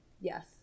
yes